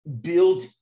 Build